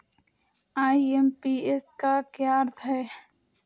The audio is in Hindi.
आई.एम.पी.एस का क्या अर्थ है?